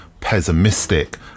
pessimistic